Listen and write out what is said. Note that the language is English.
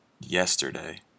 yesterday